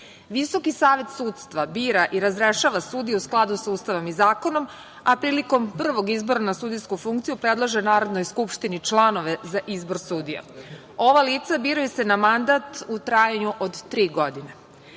Visoki savet sudstva bira i razrešava sudije u skladu sa Ustavom i zakonom, a prilikom prvog izbora na sudijsku funkciju predlaže Narodnoj skupštini članove za izbor sudija. Ova lica biraju se na mandat u trajanju od tri